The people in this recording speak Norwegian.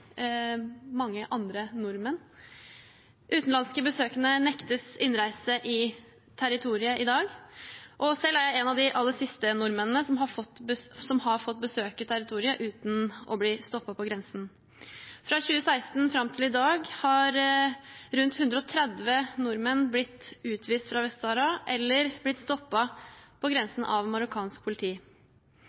mange andre nordmenn. Utenlandske besøkende nektes innreise i territoriet i dag, og selv er jeg en av de aller siste nordmennene som har fått besøke territoriet uten å bli stoppet på grensen. Fra 2016 fram til i dag har rundt 130 nordmenn blitt utvist fra Vest-Sahara eller blitt stoppet på grensen av marokkansk politi.